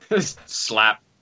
Slap